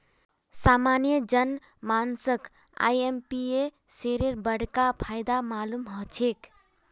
सामान्य जन मानसक आईएमपीएसेर बडका फायदा मालूम ह छेक